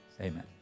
Amen